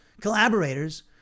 collaborators